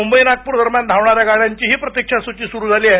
मुंबई नागपूर दरम्यान धावणाऱ्या गाड्यांचीही प्रतिक्षासूची सुरू झाली आहे